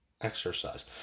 exercise